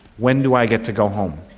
when do i get to go home?